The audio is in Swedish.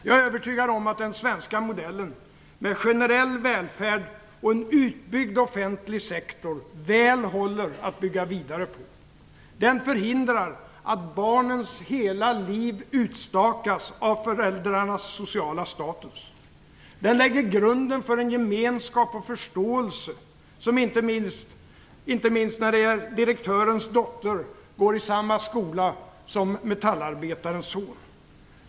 Jag är övertygad om att den svenska modellen, med generell välfärd och en utbyggd offentlig sektor, väl håller att bygga vidare på. Den förhindrar att barnens hela liv utstakas av föräldrarnas sociala status. Den lägger grunden för en gemenskap och förståelse, inte minst när direktörens dotter går i samma skola som metallarbetarens son.